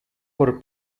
por